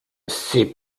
ces